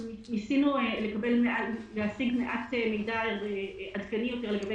ניסינו להשיג מעט מידע עדכני יותר לגבי